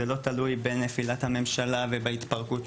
זה לא תלוי בנפילת הממשלה ובהתפרקות.